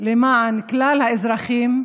למען כלל האזרחים,